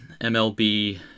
MLB